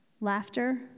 laughter